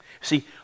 See